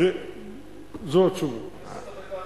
זאת התשובה.